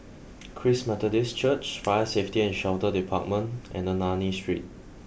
Christ Methodist Church Fire Safety and Shelter Department and Ernani Street